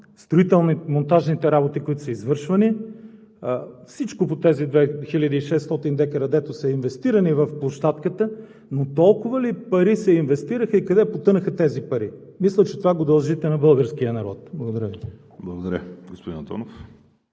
строително-монтажните работи, които са извършвани, всичко по тези 2 хил. 600 дка, които са инвестирани в площадката, но толкова ли пари се инвестираха и къде потънаха тези пари? Мисля, че това го дължите на българския народ. Благодаря. ПРЕДСЕДАТЕЛ